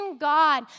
God